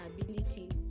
ability